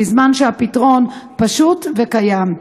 בזמן שהפתרון פשוט וקיים.